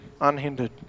unhindered